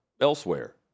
elsewhere